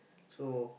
so